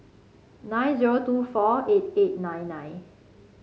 nine zero two four eight eight nine nine